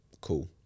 cool